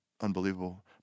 unbelievable